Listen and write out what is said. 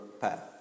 path